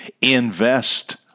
Invest